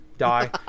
die